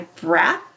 breath